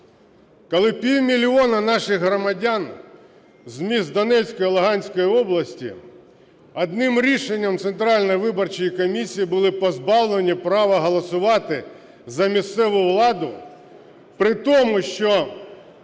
Коли півмільйона наших громадян з міст Донецької і Луганської областей одним рішенням Центральної виборчої комісії були позбавлені права голосувати за місцеву владу, при тому, що